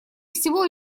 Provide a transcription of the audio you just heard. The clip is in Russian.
всего